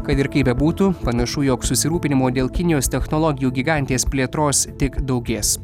kad ir kaip bebūtų panašu jog susirūpinimo dėl kinijos technologijų gigantės plėtros tik daugės